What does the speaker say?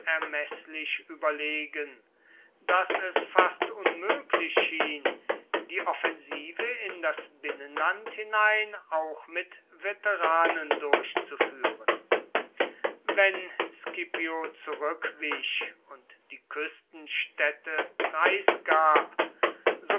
unermeßlich überlegen daß es fast unmöglich schien die offensive in das binnenland hinein auch mit veteranen durchzuführen wenn scipio zurückwich und die küstenstädte preisgab so